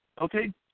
Okay